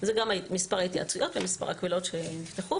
גם מספר ההתייעצויות ומספר הקבילות שנפתחו,